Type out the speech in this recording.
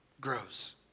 grows